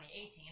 2018